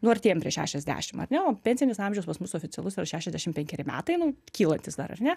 nu artėjam prie šešiasdešim ar ne o pensinis amžius pas mus oficialus yra šešiasdešim penkeri metai nu kylantys dar ar ne